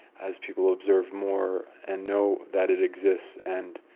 as people observe more and know that it exists, and